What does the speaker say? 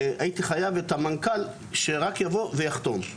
הייתי חייב את המנכ"ל שרק יבוא ויחתום.